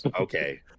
Okay